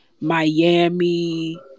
Miami